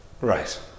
Right